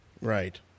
Right